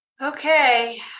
Okay